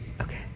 Okay